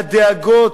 הדאגות,